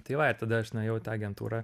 tai va ir tada aš nuėjau į tą agentūrą